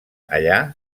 allà